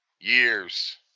Years